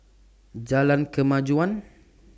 Jalan Kemajuan